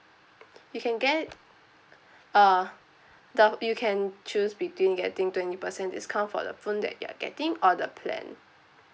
you can get uh the you can choose between getting twenty percent discount for the phone that you're getting or the plan